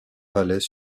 palais